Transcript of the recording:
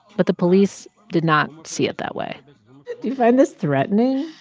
but the police did not see it that way do you find this threatening?